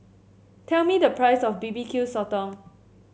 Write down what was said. tell me the price of B B Q Sotong